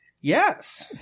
Yes